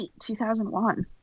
2001